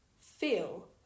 feel